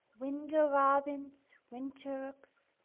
window robins, winter rooks,